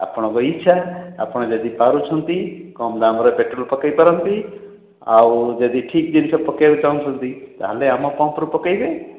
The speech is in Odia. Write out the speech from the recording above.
ଆପଣଙ୍କ ଇଚ୍ଛା ଆପଣ ଯଦି ପାରୁଛନ୍ତି କମ୍ ଦାମ୍ ରେ ପେଟ୍ରୋଲ୍ ପକେଇ ପାରନ୍ତି ଆଉ ଯଦି ଠିକ୍ ଜିନିଷ ପକେଇବାକୁ ଚାହୁଁଛନ୍ତି ତାହେଲେ ଆମ ପମ୍ପରୁ ପକେଇବେ